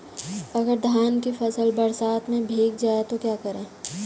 अगर धान की फसल बरसात में भीग जाए तो क्या करें?